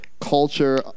culture